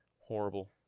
Horrible